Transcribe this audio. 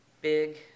big